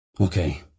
Okay